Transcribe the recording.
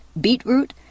beetroot